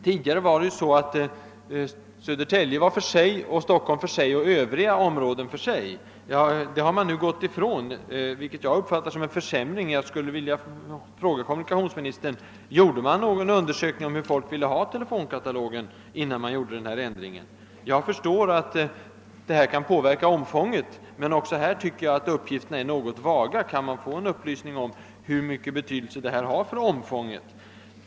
Tidigare stod abonnenterna i Södertälje för sig, Stockholm för sig och övriga områden tillsammans i ett avsnitt. Den uppställningen har man nu gått ifrån, vilket jag uppfattar som en försämring. Gjordes det någon undersökning om hur folk ville ha telefonkatalogen innan denna ändring infördes? Jag förstår att mitt förslag kan påverka omfånget, men även här tycker jag att uppgifterna är något vaga. Finns det någon uppgift om vilken betydelse den här uppdelningen har för omfånget?